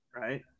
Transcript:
right